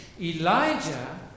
Elijah